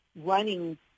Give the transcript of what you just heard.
running